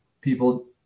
people